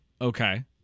Okay